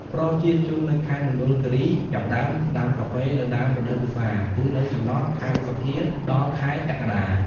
ប្រជាជននៅខេត្តមណ្ឌលគិរីចាប់ផ្តើមដាំកាហ្វេនៅដើមរដូវវស្សា គឺនៅចន្លោះខែឧសភា ដល់ខែកក្កដា។